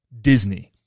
Disney